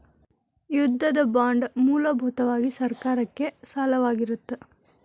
ಯುದ್ಧದ ಬಾಂಡ್ ಮೂಲಭೂತವಾಗಿ ಸರ್ಕಾರಕ್ಕೆ ಸಾಲವಾಗಿರತ್ತ